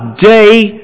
day